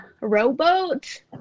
rowboat